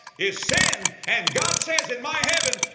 is sin! and god says, in my heaven,